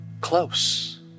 close